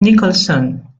nicholson